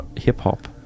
hip-hop